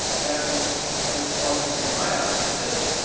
and when it logged into my app, it didn't.